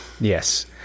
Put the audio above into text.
Yes